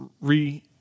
re